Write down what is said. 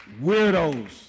Weirdos